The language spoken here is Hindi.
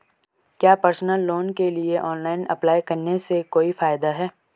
क्या पर्सनल लोन के लिए ऑनलाइन अप्लाई करने से कोई फायदा है?